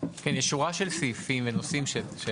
יש שורה של סעיפים ונושאים.